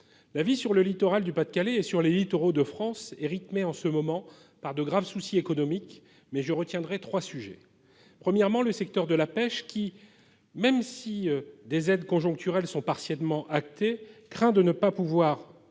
La vie sur le littoral du Pas-de-Calais et sur les littoraux de France est rythmée en ce moment par de graves soucis économiques ; mais je retiendrai trois sujets. Premièrement, le secteur de la pêche, même si des aides conjoncturelles sont partiellement actées, craint de ne pas les voir